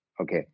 Okay